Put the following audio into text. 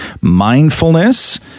mindfulness